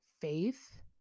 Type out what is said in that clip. faith